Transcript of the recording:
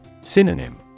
Synonym